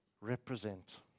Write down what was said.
represent